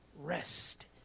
rest